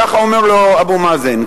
כך אומר לו אבו מאזן,